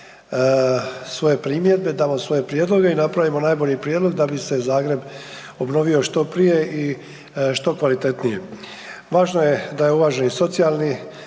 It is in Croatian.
svoje primjedbe, damo svoje prijedloge i napravimo najbolji prijedlog da bi se Zagreb obnovio što prije i što kvalitetnije. Važno je da je uvaženi socijalni